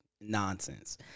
nonsense